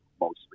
mostly